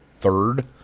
third